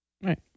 right